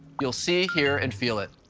you'll see, hear and feel it.